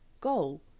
goal